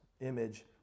image